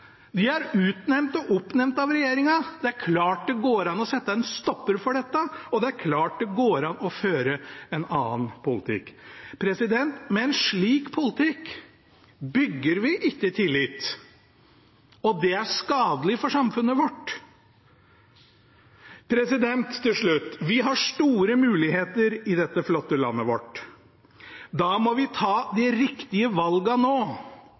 De er utnevnt og oppnevnt av regjeringen. Det er klart det går an å sette en stopper for dette, og det er klart det går an å føre en annen politikk. Med en slik politikk bygger vi ikke tillit, og det er skadelig for samfunnet vårt. Til slutt: Vi har store muligheter i dette flotte landet vårt. Da må vi ta de riktige valgene nå.